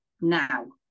now